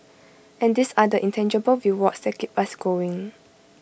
and these are the intangible rewards that keep us going